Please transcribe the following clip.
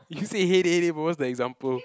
you say hate it hate it but what's the example